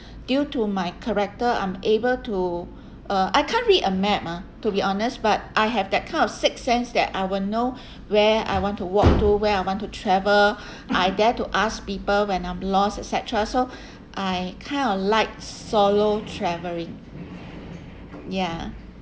due to my character I'm able to uh I can't read a map ah to be honest but I have that kind of sixth sense that I will know where I want to walk to where I want to travel I dare to ask people when I'm lost et cetera so I kind of like solo traveling ya